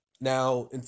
Now